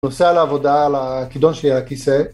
נוסע לעבודה, על הכידון שלי, על הכיסא